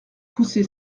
pousser